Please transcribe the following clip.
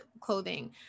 clothing